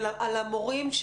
ולמורים.